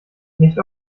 nicht